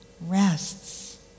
rests